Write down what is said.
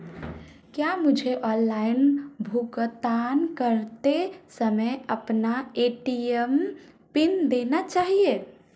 क्या मुझे ऑनलाइन भुगतान करते समय अपना ए.टी.एम पिन देना चाहिए?